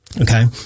okay